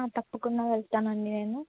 తప్పకుండా వెళ్తానండి నేను